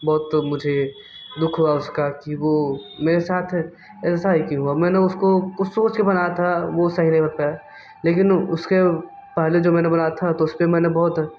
बहुत तो मुझे दुख हुआ उसका कि वो मेरे साथ ऐसा ही क्यों हुआ मैंने उसको कुछ सोच के बनाया था वो सही नहीं हो पाया लेकिन उसके पहले जो मैंने बनाया था उस पर मैंने बहुत